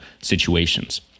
situations